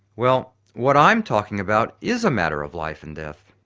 well, what i'm talking about is a matter of life and death.